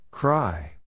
Cry